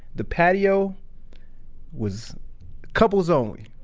the patio was couples only.